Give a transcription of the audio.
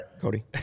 Cody